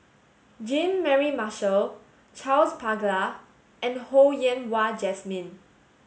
Jean Mary Marshall Charles Paglar and Ho Yen Wah Jesmine